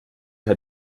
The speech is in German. hat